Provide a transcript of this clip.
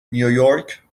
نیویورک